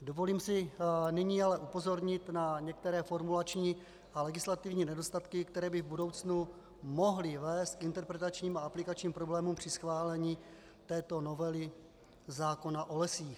Dovolím si nyní ale upozornit na některé formulační a legislativní nedostatky, které by v budoucnu mohly vést k interpretačním a aplikačním problémům při schválení této novely zákona o lesích.